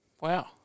Wow